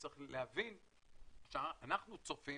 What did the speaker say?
צריך להבין שאנחנו צופים